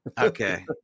Okay